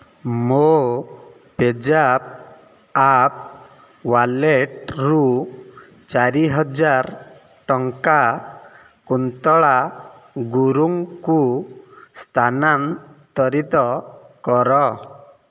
ମୋ ପେଜାପ୍ ଆପ୍ ୱାଲେଟରୁ ଚାରିହଜାର ଟଙ୍କା କୁନ୍ତଳା ଗୁରୁଙ୍କୁ ସ୍ଥାନାନ୍ତରିତ କର